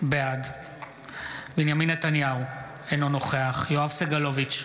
בעד בנימין נתניהו, אינו נוכח יואב סגלוביץ'